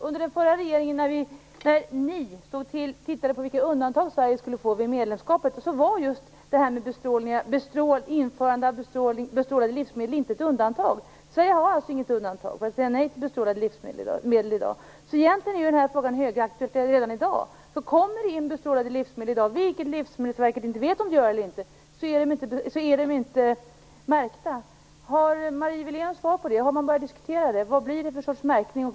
Under den förra regeringen när ni tittade på vilka undantag Sverige skulle få inför medlemskapet var just införsel av bestrålade livsmedel inget undtantag. Sverige har alltså inget undantag och kan inte säga nej till bestrålade livsmedel i dag. Egentligen är alltså märkningsfrågan högaktuell redan nu. Om det kommer in bestrålade livsmedel i dag - och det vet inte Livsmedelsverket om det gör eller inte - så är de inte märkta. Har Marie Wilén något svar på detta? Har man börjat diskutera det? Vad blir det för sorts märkning?